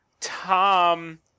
Tom